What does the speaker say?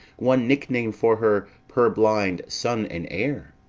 one nickname for her purblind son and heir,